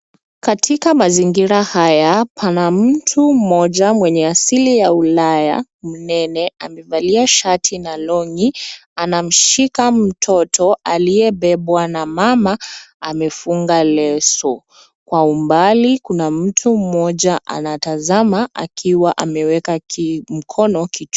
Katika mazingira haya pana mtu mmoja mwenye asili ya ulaya mnene amevalia shati na [cs ] longi [cs ] anamshika mtoto aliye bebwa na mama amefunga leso. Kwa umbali kuna mtu mmoja anatazama akiwa ameweka mkono kichwani.